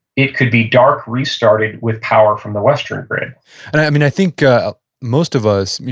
it could be dark restarted with power from the western grid and i mean, i think ah most of us,